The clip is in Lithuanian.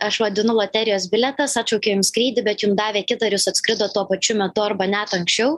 aš vadinu loterijos bilietas atšaukė jum skrydį bet jum davė kitą ir jūs atskridot tuo pačiu metu arba net anksčiau